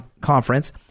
Conference